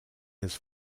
his